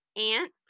Aunt